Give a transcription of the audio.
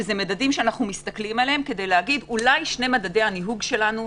שזה מדדים שאנו מסתכלים עליהם כדי לומר: אולי שני מדדי הניהוג שלנו,